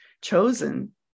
chosen